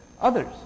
others